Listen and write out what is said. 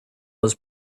was